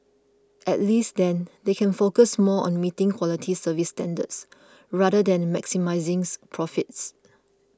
at least then they can focus more on meeting quality service standards rather than maximising profits